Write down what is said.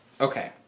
Okay